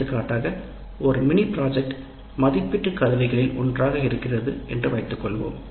எடுத்துக்காட்டாக ஒரு மினி திட்டம் மதிப்பீட்டு கருவிகளில் ஒன்றாக இருக்கிறது என்று வைத்துக்கொள்வோம்